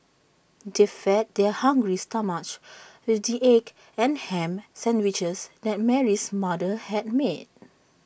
they fed their hungry stomachs with the egg and Ham Sandwiches that Mary's mother had made